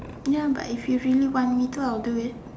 ya but if you really want me I'll do it